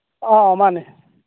ꯑꯥ ꯃꯥꯅꯦ